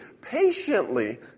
patiently